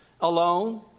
alone